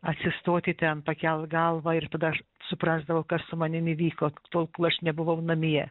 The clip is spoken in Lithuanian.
atsistoti ten pakelt galvą ir tada aš suprasdavau kas su manim įvyko tol kol aš nebuvau namie